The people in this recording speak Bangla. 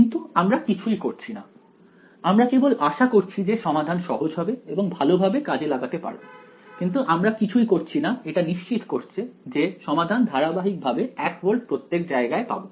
কিন্তু আমরা কিছুই করছি না আমরা কেবল আশা করছি যে সমাধান সহজ হবে এবং ভালোভাবে কাজে লাগাতে পারবো কিন্তু আমরা কিছুই করছি না এটা নিশ্চিত করতে যে সমাধান ধারাবাহিকভাবে 1 ভোল্ট প্রত্যেক জায়গায় পাবো